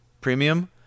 premium